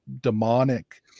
demonic